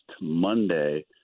Monday